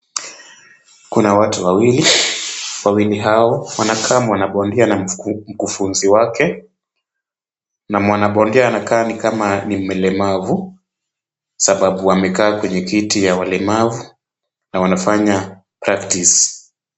Kuna watu wawili, wawili hao wanakaa mwanabodia na mkufunzi wake, mwanabondia anakaa ni kama ni mlemavu sababu amekaa kwenye kiti ya walemavu, na wanafanya practise .